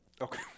Okay